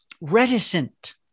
reticent